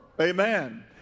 Amen